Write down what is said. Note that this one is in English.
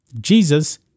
Jesus